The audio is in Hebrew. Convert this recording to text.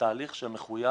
תהליך שמחויב